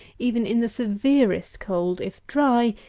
even in the severest cold, if dry,